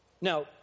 Now